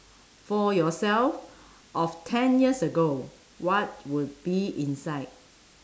for yourself of ten years ago what would be inside